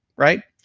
right?